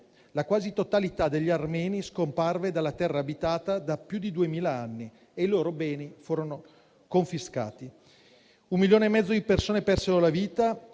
La quasi totalità degli armeni scomparve dalla terra abitata da più di 2.000 anni e i loro beni furono confiscati. Un milione e mezzo di persone perse la vita,